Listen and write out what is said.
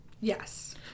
Yes